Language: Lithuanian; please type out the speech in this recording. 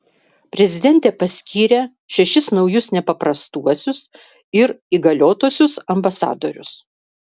prezidentė paskyrė šešis naujus nepaprastuosius ir įgaliotuosiuos ambasadorius